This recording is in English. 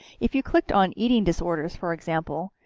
if you clicked on eating disorders for example,